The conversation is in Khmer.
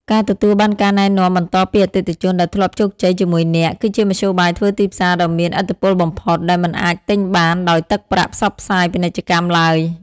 ការទទួលបានការណែនាំបន្តពីអតិថិជនដែលធ្លាប់ជោគជ័យជាមួយអ្នក គឺជាមធ្យោបាយធ្វើទីផ្សារដ៏មានឥទ្ធិពលបំផុត ដែលមិនអាចទិញបានដោយទឹកប្រាក់ផ្សព្វផ្សាយពាណិជ្ជកម្មឡើយ។